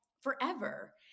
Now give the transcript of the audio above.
forever